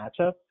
matchup